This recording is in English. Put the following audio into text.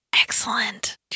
Excellent